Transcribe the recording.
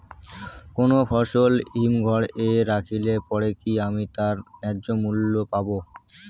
কোনো ফসল হিমঘর এ রাখলে পরে কি আমি তার ন্যায্য মূল্য পাব?